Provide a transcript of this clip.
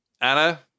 Anna